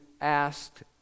asked